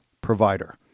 provider